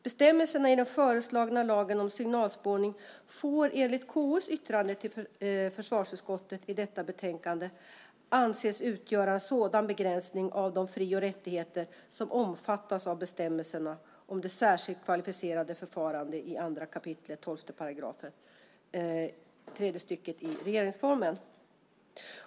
Bestämmelserna i den föreslagna lagen om signalspaning får, enligt KU:s yttrande till försvarsutskottet i detta betänkande, anses utgöra en sådan begränsning av de fri och rättigheter som omfattas av bestämmelserna om det särskilt kvalificerade förfarandet i 2 kap. 12 § tredje stycket i regeringsformen.